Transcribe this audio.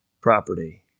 property